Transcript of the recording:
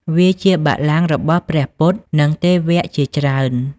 វាជាបល្ល័ង្ករបស់ព្រះពុទ្ធ និងទេវៈជាច្រើន។